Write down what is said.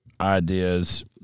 ideas